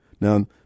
Now